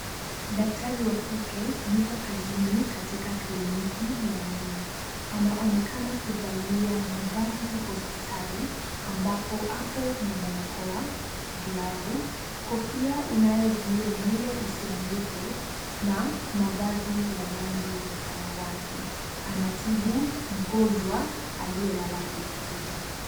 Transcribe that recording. Daktari wa kike yuko kazini katika kliniki ya meno. Anaonekana kuvalia mavazi ya hospitali, ambapo, ako na barakoa, glavu, kofia inayozuia nywele isianguke, na mavazi ya rangi ya samawati, anatibu mgonjwa aliyelala kwenye kiti.